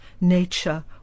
nature